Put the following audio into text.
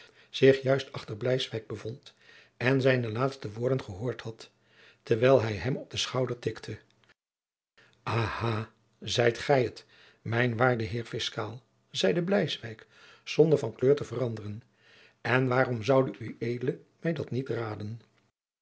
zich juist achter bleiswyk bevond en zijne laatste woorden gehoord had terwijl hij hem op den schouder tikte aha zijt gij het mijn waarde heer fiscaal zeide bleiswyk zonder van kleur te veranderen en waarom zoude ued mij dat niet raden